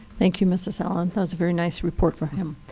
thank you, mrs. allen. that was a very nice report for him.